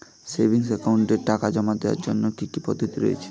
Savings একাউন্টে টাকা জমা দেওয়ার জন্য কি কি পদ্ধতি রয়েছে?